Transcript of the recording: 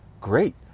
Great